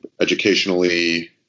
educationally